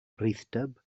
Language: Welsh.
rhithdyb